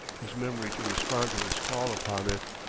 his memory to respond to his call upon it.